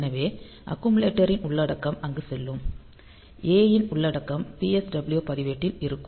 எனவே அக்குமுலேட்டரின் உள்ளடக்கம் அங்கு செல்லும் A இன் உள்ளடக்கம் PSW பதிவேட்டில் இருக்கும்